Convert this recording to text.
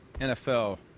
NFL